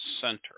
Center